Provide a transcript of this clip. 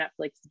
Netflix